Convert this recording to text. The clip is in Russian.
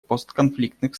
постконфликтных